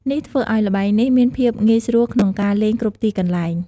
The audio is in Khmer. នេះធ្វើឱ្យល្បែងនេះមានភាពងាយស្រួលក្នុងការលេងគ្រប់ទីកន្លែង។